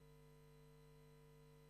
זה לא מסתדר.